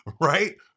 right